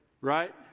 Right